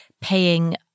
paying